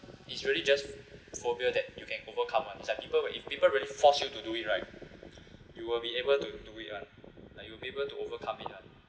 it's really just phobia that you can overcome [what] it's like people will if people really force you to do it right you will be able to do it [one] like you will be able to overcome it lah